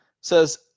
says